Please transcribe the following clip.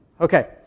Okay